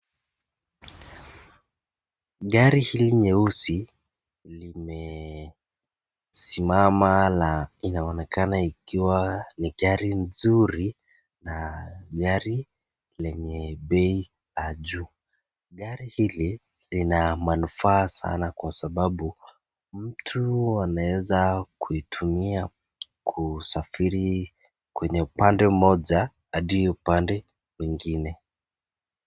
Gari hili nyeusi limesimama na linaonekana likiwa ni gari nzuri na gari lenye bei ya juu, gari hili lina manufaa sana kwa sababu mtu anaweza kuitumia kusafiri kwenye upande mmoja hadi upande mwingine.